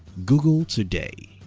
google today